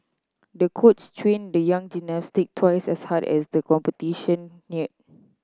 the coach trained the young gymnastic twice as hard as the competition neared